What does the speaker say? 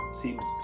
seems